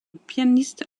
pianiste